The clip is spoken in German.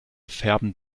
färben